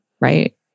right